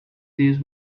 this